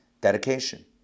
dedication